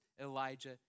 Elijah